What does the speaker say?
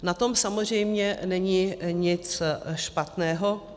Na tom samozřejmě není nic špatného.